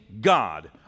God